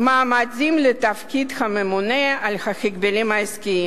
מועמדים לתפקיד הממונה על ההגבלים העסקיים?